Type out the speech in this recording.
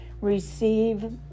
receive